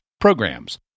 programs